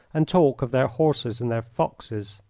and talk of their horses and their foxes.